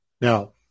Now